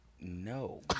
No